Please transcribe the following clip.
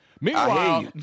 Meanwhile